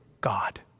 God